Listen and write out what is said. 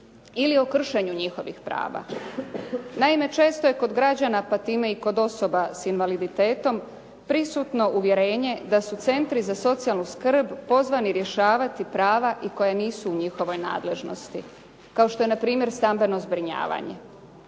ili o kršenju njihovih prava. Naime, često je kod građana, pa time i kod osoba s invaliditetom prisutno uvjerenje da su centri za socijalnu skrb pozvani rješavati prava i koja nisu u njihovoj nadležnosti, kao što je npr. Stambeno zbrinjavanje.